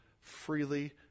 freely